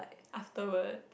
afterward